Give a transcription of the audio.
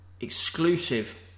exclusive